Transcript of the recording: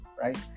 right